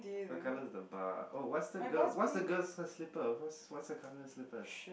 what colour is the bar oh what's the girl what's the girl's slippers what's what's the colour of her slippers